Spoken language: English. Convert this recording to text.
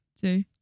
two